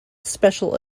special